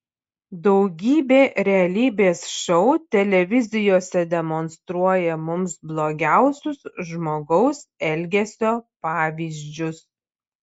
daugybė realybės šou televizijose demonstruoja mums blogiausius žmogaus elgesio pavyzdžius